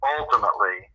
ultimately